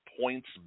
Points